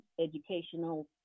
educational